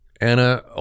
Anna